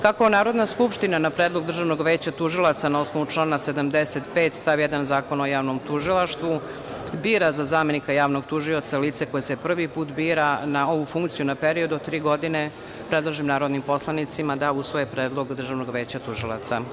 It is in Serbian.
Kako Narodna skupština na predlog Državnog veća tužilaca na osnovu člana 75. stav 1. Zakona o javnom tužilaštvu, bira za zamenika javnog tužioca lice koje se prvi put bira na ovu funkciju na period od tri godine, predlažem narodnim poslanicima da usvoje predlog Državnog veća tužilaca.